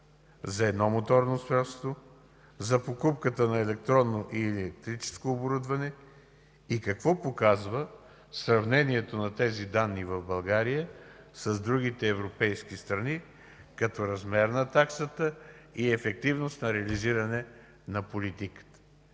за едно моторно средство, за покупката на електронно или електрическо оборудване? И какво показва сравнението на тези данни в България с другите европейски страни като размер на таксата и ефективност на реализиране на политиката?